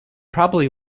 probably